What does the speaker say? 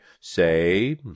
say